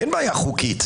אין בעיה חוקית.